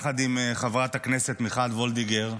יחד עם חברת הכנסת מיכל וולדיגר,